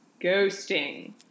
ghosting